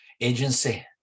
agency